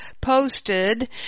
posted